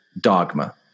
dogma